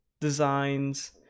designs